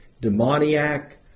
demoniac